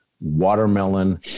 watermelon